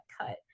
cut